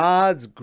God's